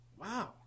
Wow